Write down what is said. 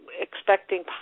expecting